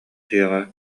дьиэҕэ